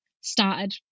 started